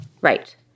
Right